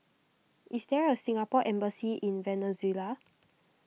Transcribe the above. is there a Singapore Embassy in Venezuela